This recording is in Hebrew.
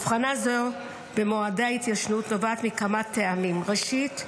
הבחנה זו במועדי ההתיישנות נובעת מכמה טעמים: ראשית,